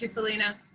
felina.